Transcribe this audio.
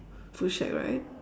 food shack right